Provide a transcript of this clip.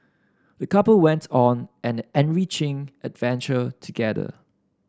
the couple went on an enriching adventure together